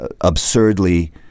absurdly